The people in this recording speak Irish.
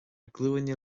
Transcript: glúine